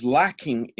lacking